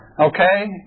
Okay